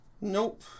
Nope